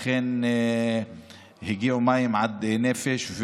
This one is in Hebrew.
לכן הגיעו מים עד נפש,